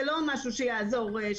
זה לא משהו שיעזור,